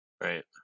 right